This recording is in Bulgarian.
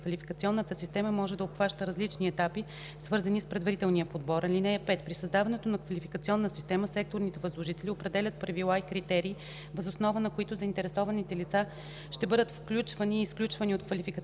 Квалификационната система може да обхваща различни етапи, свързани с предварителния подбор. (5) При създаването на квалификационната система секторните възложители определят правила и критерии, въз основа на които заинтересованите лица ще бъдат включвани и изключвани от квалификационната